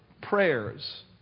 prayers